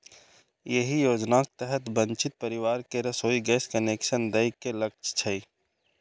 एहि योजनाक तहत वंचित परिवार कें रसोइ गैस कनेक्शन दए के लक्ष्य छै